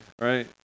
right